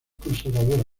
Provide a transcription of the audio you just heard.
conservadora